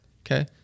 Okay